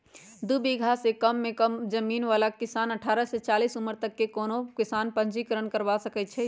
दू बिगहा से कम जमीन बला किसान अठारह से चालीस उमर तक के कोनो किसान पंजीकरण करबा सकै छइ